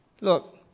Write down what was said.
Look